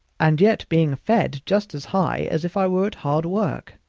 and yet being fed just as high as if i were at hard work.